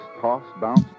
toss-bounce